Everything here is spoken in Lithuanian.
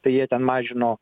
tai jie ten mažino